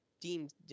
deemed